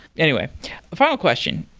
anyway, a final question.